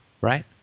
right